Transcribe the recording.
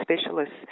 specialists